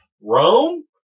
Rome